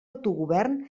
autogovern